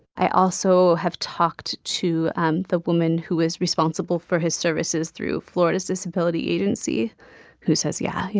i also have talked to um the woman who is responsible for his services through florida's disability agency who says yeah, yeah,